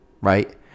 right